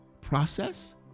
process